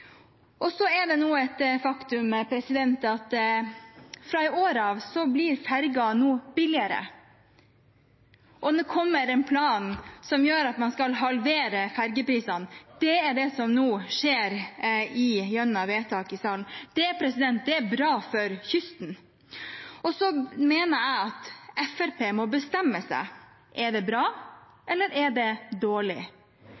er nå et faktum at fra i år av blir fergene billigere, og det kommer en plan som gjør at man skal halvere fergeprisene. Det er det som nå skjer gjennom vedtak i salen. Det er bra for kysten. Så mener jeg at Fremskrittspartiet må bestemme seg: Er det